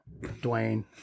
Dwayne